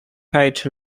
page